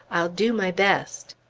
i'll do my best.